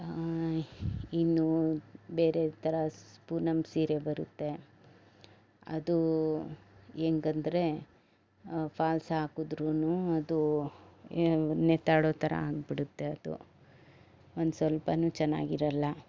ಇನ್ನು ಬೇರೆ ತರ ಸ್ ಪೂನಮ್ ಸೀರೆ ಬರುತ್ತೆ ಅದು ಹೆಂಗಂದ್ರೆ ಫಾಲ್ಸ್ ಹಾಕುದ್ರೂ ಅದು ನೇತಾಡೊ ಥರ ಆಗಿಬಿಡತ್ತೆ ಅದು ಒಂದು ಸ್ವಲ್ಪನೂ ಚೆನ್ನಾಗಿರಲ್ಲ